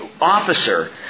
officer